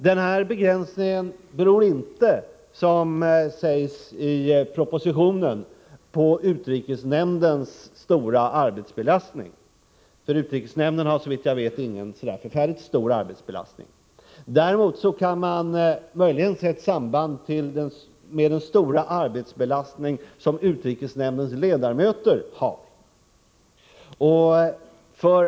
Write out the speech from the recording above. Den här begränsningen beror inte — som det sägs i propositionen —-på utrikesnämndens stora arbetsbelastning. Utrikesnämnden har, såvitt jag — Nr 49 vet, inte så förfärligt stor arbetsbelastning. Däremot kan man möjligen se ett samband med den stora ar! ee elastning Fm utri Eera 2 e AME 12 december 1984 har.